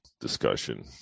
discussion